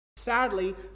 Sadly